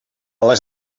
les